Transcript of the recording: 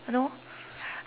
uh no